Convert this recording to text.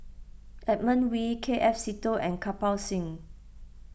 Edmund Wee K F Seetoh and Kirpal Singh